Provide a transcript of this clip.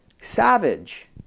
Savage